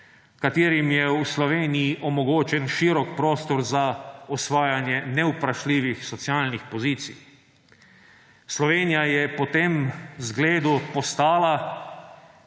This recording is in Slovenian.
katerim je v Sloveniji omogočen širok prostor za osvajanje nevprašljivih socialnih pozicij. Slovenija je po tem zgledu postala